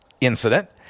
incident